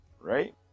right